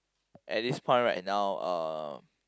at this point right now uh